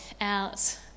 out